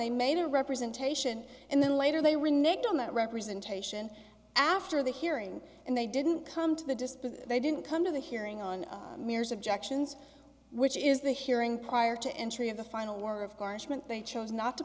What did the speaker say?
they made a representation and then later they reneged on that representation after the hearing and they didn't come to the dispute they didn't come to the hearing on mir's objections which is the hearing prior to entry of the final word of course they chose not to